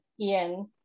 Ian